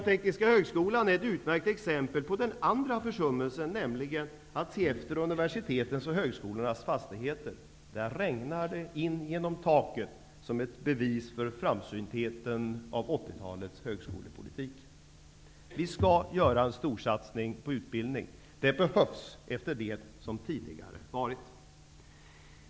Tekniska högskolan är ett utomordentligt bra exempel på den andra försummelsen, nämligen att inte se efter universitetens och högskolans fastigheter. Där regnar det in genom taket som ett bevis för framsyntheten i 80-talets högskolepolitik. Vi skall göra en storsatsning på utbildning. Det behövs efter det som har varit tidigare.